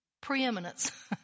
preeminence